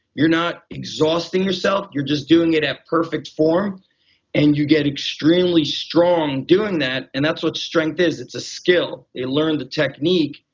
you're not exhausting yourself. you're just doing at perfect form and you get extremely strong doing that. and that's what strength is, it's a skill. they learn the technique,